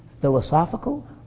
philosophical